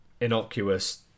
innocuous